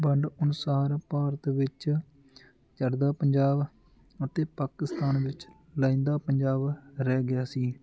ਵੰਡ ਅਨੁਸਾਰ ਭਾਰਤ ਵਿੱਚ ਚੜ੍ਹਦਾ ਪੰਜਾਬ ਅਤੇ ਪਾਕਿਸਤਾਨ ਵਿੱਚ ਲਹਿੰਦਾ ਪੰਜਾਬ ਰਹਿ ਗਿਆ ਸੀ